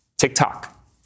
TikTok